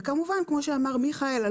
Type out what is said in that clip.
כמו שאמר מיכאל,